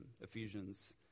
Ephesians